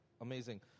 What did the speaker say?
amazing